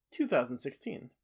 2016